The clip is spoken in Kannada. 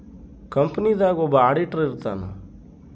ಕಂಪನಿ ದಾಗ ಒಬ್ಬ ಆಡಿಟರ್ ಇರ್ತಾನ